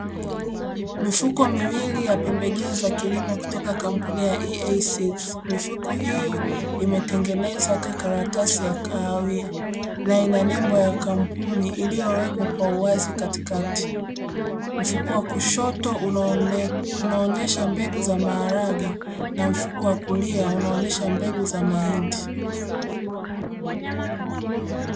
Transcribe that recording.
Mifuko miwili ya pembejeo za kilimo kutoka kampuni ya "EA" seeds mifuko hiyo imetengenezwa kwa karatasi ya kahawia na ina nembo ya kampuni iliyowekwa kwa uwazi katikati, mfuko wa kushoto unaonyesha mbegu za maharage na mfuko wa kulia unaonyesha mbegu za mahindi.